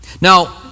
Now